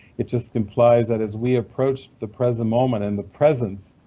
it just implies that as we approach the present moment and the presence,